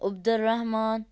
Abdul Rahman